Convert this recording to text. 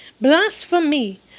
blasphemy